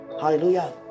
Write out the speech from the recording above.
Hallelujah